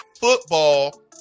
football